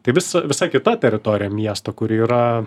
tai visa visa kita teritorija miesto kuri yra